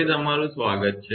ફરી તમારુ સ્વાગત છે